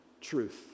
truth